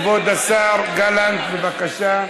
התשע"ח 2018. כבוד השר גלנט, בבקשה.